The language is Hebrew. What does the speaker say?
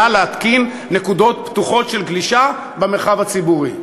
להתקין נקודות פתוחות של גלישה במרחב הציבורי.